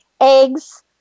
eggs